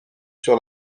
sur